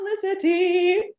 Felicity